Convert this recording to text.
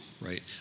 right